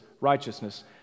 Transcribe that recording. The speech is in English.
righteousness